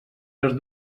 les